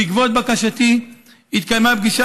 בעקבות בקשתי התקיימה פגישה